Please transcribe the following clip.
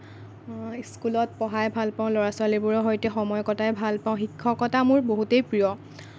স্কুলত পঢ়াই ভাল পাওঁ ল'ৰা ছোৱালীবোৰৰ সৈতে সময় কটাই ভাল পাওঁ শিক্ষকতা মোৰ বহুতেই প্ৰিয়